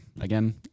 again